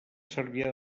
cervià